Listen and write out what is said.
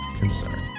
concern